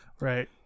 Right